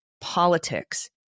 politics